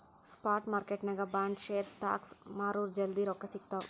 spot ಮಾರ್ಕೆಟ್ನಾಗ್ bond, share, stocks ಮಾರುರ್ ಜಲ್ದಿ ರೊಕ್ಕಾ ಸಿಗ್ತಾವ್